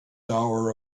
hour